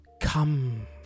Come